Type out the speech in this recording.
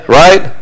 right